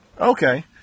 Okay